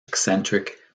eccentric